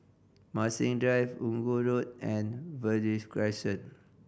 Marsiling Drive Inggu Road and Verde Crescent